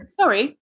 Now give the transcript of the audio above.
Sorry